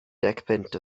decpunt